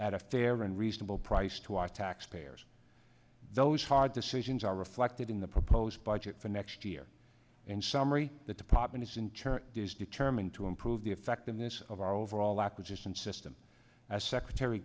at a fair and reasonable price to our taxpayers those hard decisions are reflected in the proposed budget for next year in summary the department is in turn is determined to improve the effectiveness of our overall acquisition system as secretary